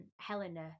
Helena